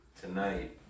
tonight